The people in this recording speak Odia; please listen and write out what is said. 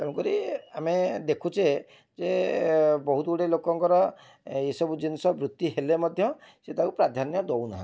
ତେଣୁ କରି ଆମେ ଦେଖୁଚେ ଯେ ବହୁତ ଗୁଡ଼େ ଲୋକଙ୍କର ଏଇ ସବୁ ଜିନିଷ ବୃତ୍ତି ହେଲେ ମଧ୍ୟ ସେ ତାକୁ ପ୍ରାଧାନ୍ୟ ଦେଉନାହାଁନ୍ତି